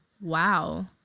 wow